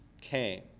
came